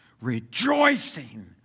rejoicing